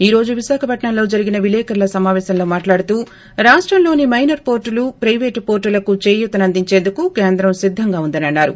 ఈ రోజు విశాఖపట్పంలో జరిగిన విలేకరుల సమాపేశంలో మాట్లాడుతూ రాష్టంలోని మైనర్ పోర్టులు పైవేటు పోర్టులకు చేయుత అందించేందుకు కేంద్రం సిద్ధంగా ఉందని అన్నారు